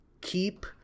Keep